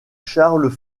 charles